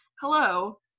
hello